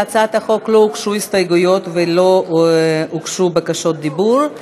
להצעת החוק לא הוגשו הסתייגויות ולא הוגשו בקשות דיבור,